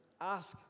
ask